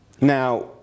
Now